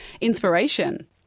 inspiration